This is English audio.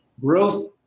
growth